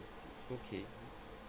okay